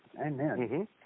Amen